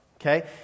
okay